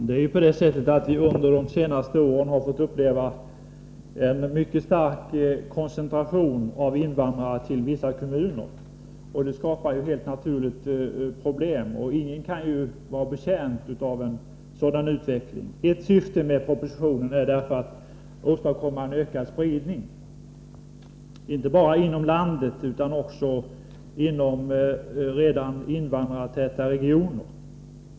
Fru talman! Under de senaste åren har vi fått uppleva en mycket stark koncentration av invandrare till vissa kommuner. Det skapar helt naturligt problem, och ingen kan vara betjänt av en sådan utveckling. Ett syfte med propositionen är därför att åstadkomma en ökad spridning, inte bara inom landet utan också inom invandrartäta regioner.